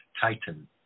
Titan